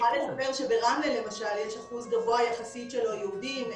אני יכולה לספר שברמלה למשל יש אחוז גבוה יחסית של לא יהודים,